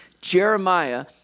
Jeremiah